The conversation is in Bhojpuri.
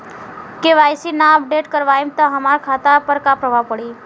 के.वाइ.सी ना अपडेट करवाएम त हमार खाता पर का प्रभाव पड़ी?